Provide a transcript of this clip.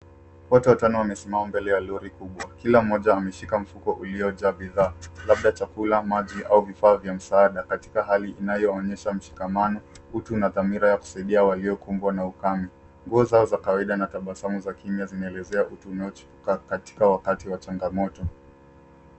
Watu watano wamesimama mbele ya lori kubwa. Kila mmoja ameshika mfuko uliojaa bidhaa labda chakula, maji au vifaa vya msaada katika hali inayoonyesha mshikamano, utu na dhamira ya kusaidia waliokumbwa na ukame. Nguo zao za kawaida na tabasamu za kimya zinaelezea katika wakati wa chanagamoto.